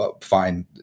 fine